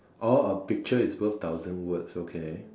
all a picture is worth thousand words okay